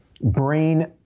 brain